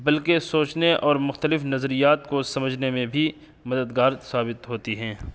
بلکہ سوچنے اور مختلف نظریات کو سمجھنے میں بھی مددگار ثابت ہوتی ہیں